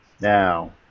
Now